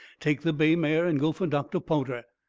take the bay mare and go for doctor po'ter.